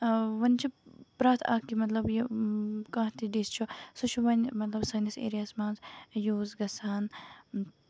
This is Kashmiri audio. وۄنۍ چھُ پرٮ۪تھ اَکہِ مطلب یہِ کانہہ تہ ڈِش چھُ سُہ چھُ وۄنۍ مطلب سٲنِس ایریاہَس منٛز یوٗز گژھان